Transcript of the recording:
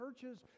churches